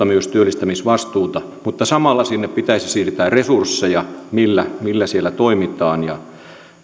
myös pitkäaikaistyöttömien työllistämisvastuuta mutta samalla sinne pitäisi siirtää resursseja millä millä siellä toimitaan